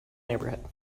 neighborhood